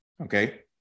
Okay